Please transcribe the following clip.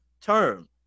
term